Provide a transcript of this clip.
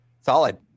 Solid